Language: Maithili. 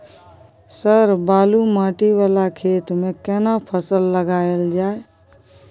सर बालू माटी वाला खेत में केना फसल लगायल जाय?